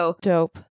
Dope